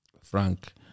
Frank